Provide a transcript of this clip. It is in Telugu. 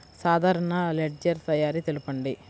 సాధారణ లెడ్జెర్ తయారి తెలుపండి?